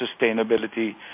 sustainability